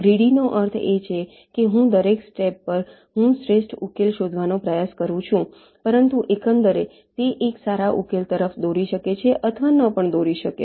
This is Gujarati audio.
ગ્રીડી નો અર્થ એ છે કે દરેક સ્ટેપ પર હું શ્રેષ્ઠ ઉકેલ શોધવાનો પ્રયાસ કરી રહ્યો છું પરંતુ એકંદરે તે એક સારા ઉકેલ તરફ દોરી શકે છે અથવા ન પણ દોરી શકે